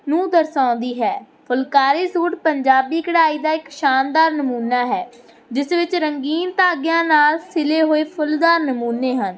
ਨੂੰ ਦਰਸਾਉਂਦੀ ਹੈ ਫੁਲਕਾਰੀ ਸੂਟ ਪੰਜਾਬੀ ਕਢਾਈ ਦਾ ਇੱਕ ਸ਼ਾਨਦਾਰ ਨਮੂਨਾ ਹੈ ਜਿਸ ਵਿੱਚ ਰੰਗੀਨ ਧਾਗਿਆਂ ਨਾਲ ਸਿਲੇ ਹੋਏ ਫੁੱਲਦਾਰ ਨਮੂਨੇ ਹਨ